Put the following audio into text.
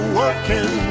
working